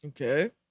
Okay